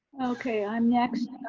okay, i'm next.